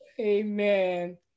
Amen